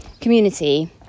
community